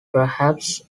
perhaps